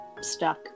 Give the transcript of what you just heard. stuck